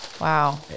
Wow